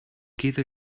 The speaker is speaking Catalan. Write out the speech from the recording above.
queda